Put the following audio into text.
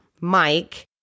mike